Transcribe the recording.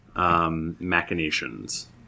Machinations